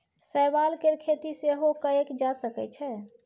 शैवाल केर खेती सेहो कएल जा सकै छै